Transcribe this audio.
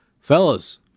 fellas